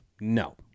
No